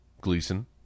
Gleason